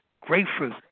Grapefruit